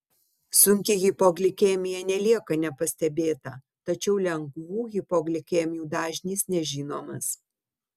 sunki hipoglikemija nelieka nepastebėta tačiau lengvų hipoglikemijų dažnis nežinomas